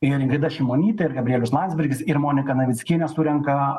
ir ingrida šimonytė ir gabrielius landsbergis ir monika navickienė surenka